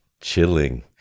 Chilling